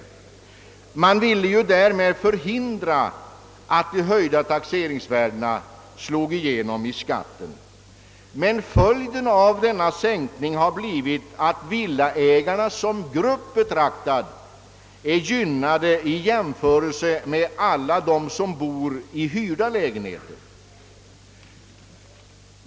Därmed ville man förhindra att de höjda taxeringsvärdena slog igenom i skatten. Men följden av dessa sänkningar har blivit att villaägarna som grupp gynnats i jämförelse med alla dem som bor i hyrda lägenheter.